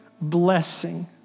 blessing